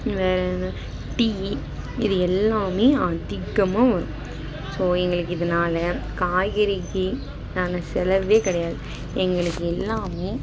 வேறே என்ன டீ இது எல்லாம் அதிகமாக ஸோ எங்களுக்கு இதனால் காய்கறிக்கான செலவு கிடையாது எங்களுக்கு எல்லாம்